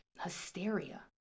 hysteria